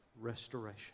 restoration